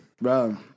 Bro